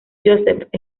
joseph